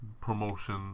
promotion